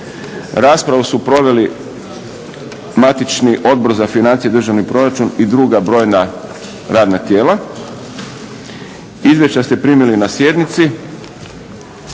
Raspravu su proveli matični Odbor za financije i državni proračun i druga brojna radna tijela. Izvješća ste primili na sjednici.